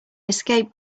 escape